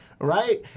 right